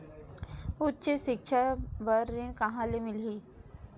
उच्च सिक्छा बर ऋण कहां ले मिलही?